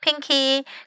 Pinky